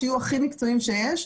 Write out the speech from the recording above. שיהיו הכי מקצועיים שיש.